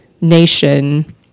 Nation